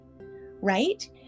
Right